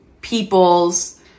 people's